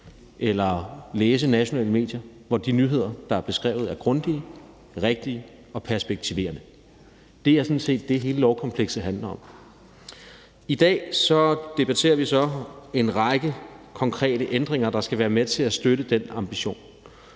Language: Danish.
eller læse nationale medier, hvor de nyheder, der bliver bragt, er grundige, rigtige og perspektiverende. Det er sådan set det, hele lovkomplekset handler om. I dag debatterer vi så en række konkrete ændringer, der skal være med til at støtte den ambition.